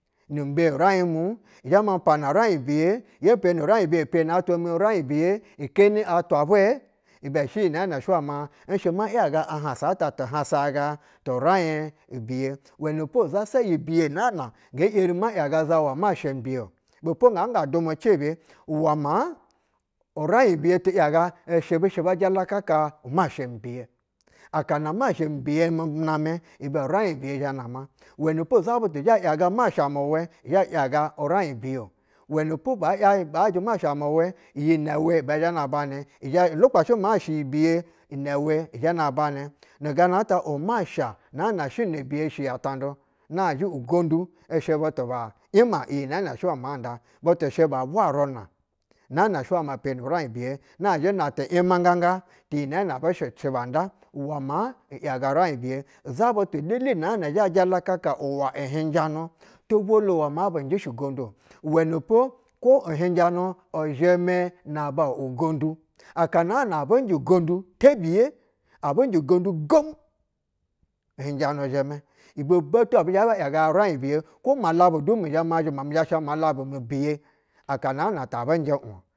Numbe raiɧ mu, zhɛ ma pana raiɧ biye, ye peni raiɧ biye peni atwa mi raiɧ biye keni atwa uwɛɛ? Ibɛ shɛ iyi nɛɛ nɛ shɛ wɛ ma ‘yaga ahansatatuhasasaga turaiɧ nbiye. Uwɛnɛpo izasa iyi biye naa na vige yeri ma yaga zawa masha mi biye-o. Bɛpo nga nga jɛmɛ cebe uwɛ maa uraiɧ biye ti ‘yaga sha bɛ shɛ ba jalaka umasha ini biye, akana masha nu biye mu namɛ ibɛ uraiɧ biye zhɛ nama uwɛpo za butu zhɛ ‘yaga uma mu wɛ zhɛ ‘yaga umasha mi biy-o. Uwɛnɛdo ba ‘yajɛ masha mu wɛ iyi inɛ wɛ zhɛ na banɛ izhɛ, ulukpashɛ maa shɛ iyi biye inɛ wɛ zhɛ na bana nuganata umasha naa na shɛ una biye shɛ ya banɛ, nazhɛ ugonƌu butu ishɛ ba ‘yima iyi nzɛ nɛ shɛ ma ba butu shɛ ba vwa runa naa nashɛ ma shepi raiɧ biye. Na zhɛ natu imanganga ni yi nɛɛ nɛ butu shɛ banda uwɛ maa n ‘yaga uraiɧ ibiye zabutu lele na zha jalaka uwa uhinjanu tobwolo mwɛ mta bu njɛ shɛ gondu-o uwɛnɛpo kwo ihinjanu izhɛmɛ naba ugondu. Aka naa na abɛ njɛ gondu tebiye abi njɛ gonƌu te uhinjamu zhɛmɛ. Ibɛ du ɛbi zhɛ ba yaga ya uraiɧ biye kwo malabu du mi zhɛ ma zhɛma. Nri zhɛ sha malabu mi biye aka naa na ta bu njɛ.